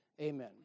Amen